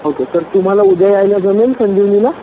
okay तर तुम्हाला उद्या यायला जमेल संजीवनीला